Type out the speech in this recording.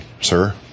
sir